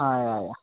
हा या या